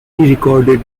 recorded